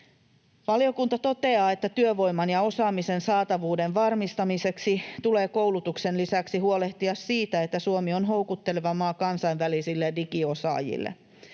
Valiokunta toteaa, että työvoiman ja osaamisen saatavuuden varmistamiseksi tulee koulutuksen lisäksi huolehtia siitä, että Suomi on houkutteleva maa kansainvälisille digiosaajille.